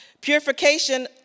Purification